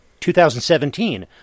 2017